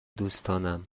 دوستانم